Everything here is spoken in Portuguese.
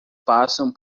passam